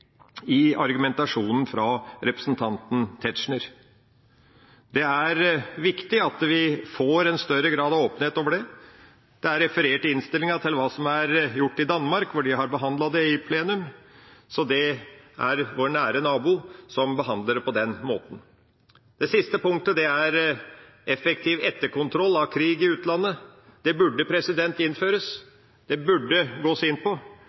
argumentasjonen fra representanten Tetzschner. Det er viktig at vi får en større grad av åpenhet om dette. Det er referert i innstillinga til hva som er gjort i Danmark, hvor en behandler det i plenum. Så vår nære nabo behandler det på den måten. Det siste punktet er effektiv etterkontroll av krig i utlandet. Det burde innføres, det burde gås inn på.